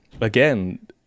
again